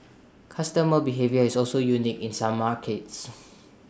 customer behaviour is also unique in some markets